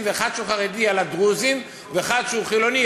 ואחד שהוא חרדי על הדרוזים ואחד שהוא חילוני,